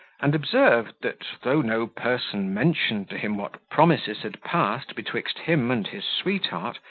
and observed, that, though no person mentioned to him what promises had passed betwixt him and his sweetheart,